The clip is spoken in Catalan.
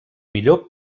millor